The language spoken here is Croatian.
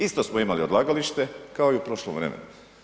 Isto smo imali odlagalište kao i u prošlom vremenu.